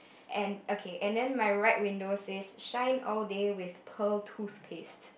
and okay and then my right window says shine all day with pearl toothpaste